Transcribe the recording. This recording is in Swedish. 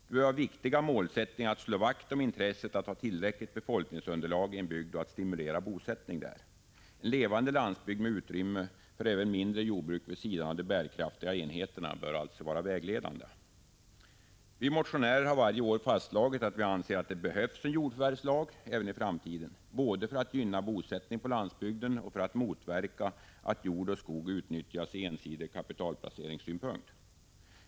Det bör vara en viktig målsättning att slå vakt om intresset av att ha ett tillräckligt befolkningsunderlag i en bygd och att stimulera bosättning där. En levande landsbygd med utrymme för även mindre jordbruk vid sidan av de bärkraftiga enheterna bör vara vägledande. Vi motionärer har varje år fastslagit att vi anser att det behövs en jordförvärvslag även i framtiden både för att gynna bosättning på landsbygden och för att motverka att jord och skog utnyttjas från ensidig kapitalplaceringssynpunkt.